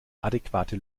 adäquate